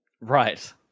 Right